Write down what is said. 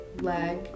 leg